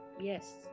Yes